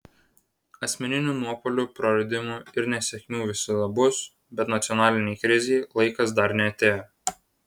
asmeninių nuopuolių praradimų ir nesėkmių visada bus bet nacionalinei krizei laikas dar neatėjo